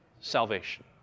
salvation